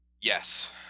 Yes